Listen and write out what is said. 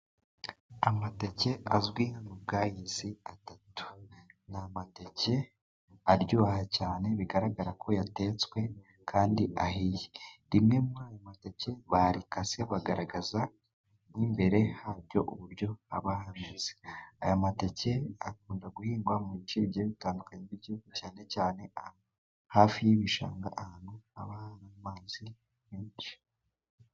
Amateke azwi nka bwayisi atatu ni amateke aryoha cyane bigaragara ko yatetswe kandi ahiye, rimwe muri ayo mateke bakase bagaragaza nk'imbere hayo uburyo aba hameze. Aya mateke akunda guhingwa mu bice bitandukanye by'igihugu cyane cyane hafi y'ibishanga, ahantu haba amazi menshi.